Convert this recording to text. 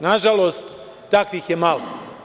Nažalost, takvih je malo.